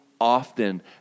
often